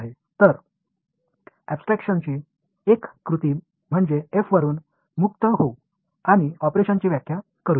तर अॅबस्ट्रॅक्शनची एक कृती म्हणजे f वरून मुक्त होऊ आणि ऑपरेटरची व्याख्या करूया